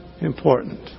important